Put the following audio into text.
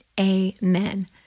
amen